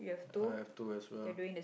I have two as well